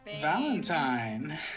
Valentine